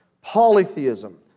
polytheism